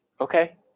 okay